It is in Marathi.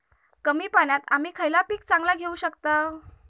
कमी पाण्यात आम्ही खयला पीक चांगला घेव शकताव?